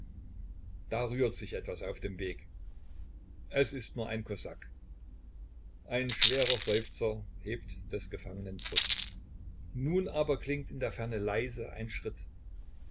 da rührt sich etwas auf dem weg es ist nur ein kosak ein schwerer seufzer hebt des gefangenen brust nun aber klingt in der ferne leise ein schritt